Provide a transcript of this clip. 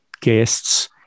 guests